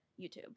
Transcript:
youtube